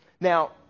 Now